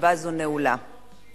הישיבה הבאה תתקיים מחר, יום שלישי,